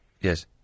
Yes